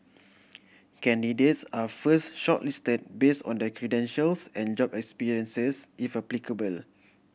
candidates are first shortlisted base on their credentials and job experiences if applicable